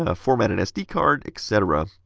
ah format an sd card etc.